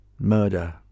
murder